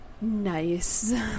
nice